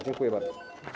Dziękuję bardzo.